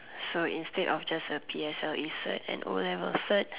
so instead of just a P_S_L_E cert and o level cert